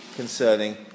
concerning